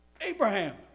Abraham